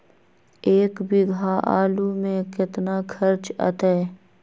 एक बीघा आलू में केतना खर्चा अतै?